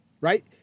right